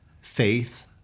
faith